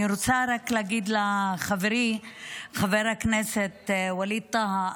אני רוצה רק להגיד לחברי חבר הכנסת ווליד טאהא,